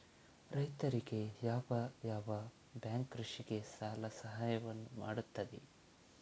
ರೈತರಿಗೆ ಯಾವ ಯಾವ ಬ್ಯಾಂಕ್ ಕೃಷಿಗೆ ಸಾಲದ ಸಹಾಯವನ್ನು ಮಾಡ್ತದೆ?